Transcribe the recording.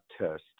test